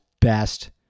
best